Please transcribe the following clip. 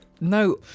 No